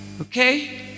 Okay